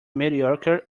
mediocre